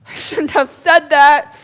shouldn't have said that.